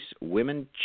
Women